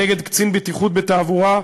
נגד קצין בטיחות בתעבורה,